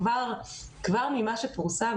כבר ממה שפורסם,